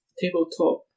Tabletop